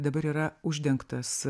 dabar yra uždengtas